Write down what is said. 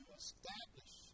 establish